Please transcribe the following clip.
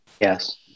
Yes